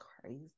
crazy